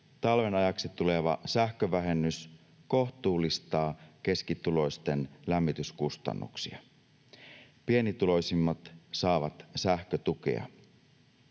Talven ajaksi tuleva sähkövähennys kohtuullistaa keskituloisten lämmityskustannuksia. Pienituloisimmat saavat sähkötukea.